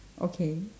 okay